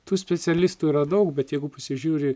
tų specialistų yra daug bet jeigu pasižiūri